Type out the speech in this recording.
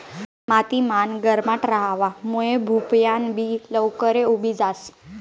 माती मान गरमाट रहावा मुये भोपयान बि लवकरे उगी जास